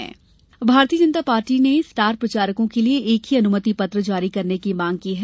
भाजपा मांग भारतीय जनता पार्टी ने स्टार प्रचारकों के लिये एक ही अनुमति पत्र जारी करने की मांग की है